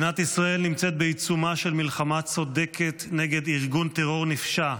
מדינת ישראל נמצאת בעיצומה של מלחמה צודקת נגד ארגון טרור נפשע.